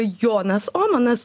jonas omanas